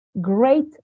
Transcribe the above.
Great